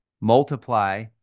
multiply